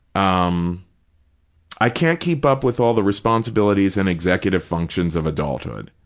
um i can't keep up with all the responsibilities and executive functions of adulthood.